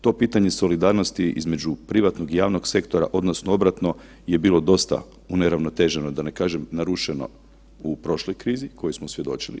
To pitanje solidarnosti između privatnog i javnog sektora odnosno obratno je bilo dosta uneravnoteženo da ne kažem narušeno u prošloj krizi kojoj smo svjedočili.